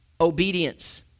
obedience